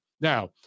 Now